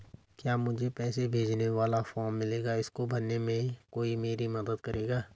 क्या मुझे पैसे भेजने वाला फॉर्म मिलेगा इसको भरने में कोई मेरी मदद करेगा?